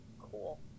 cool